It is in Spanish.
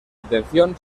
atención